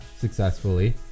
successfully